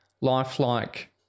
lifelike